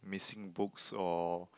missing books or